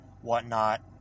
whatnot